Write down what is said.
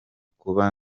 kuba